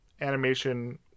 animation